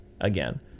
again